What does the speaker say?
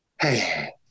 hey